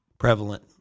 prevalent